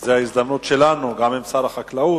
זו ההזדמנות שלנו, גם עם שר החקלאות,